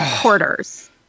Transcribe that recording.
quarters